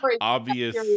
obvious